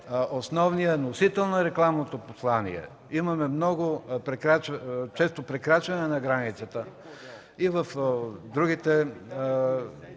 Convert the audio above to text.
основният носител на рекламното послание. Имаме много често прекрачване на границата в различни